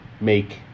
make